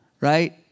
right